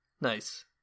nice